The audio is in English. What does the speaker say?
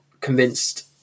convinced